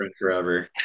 forever